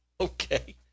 Okay